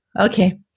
Okay